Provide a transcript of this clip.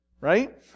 Right